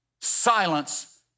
silence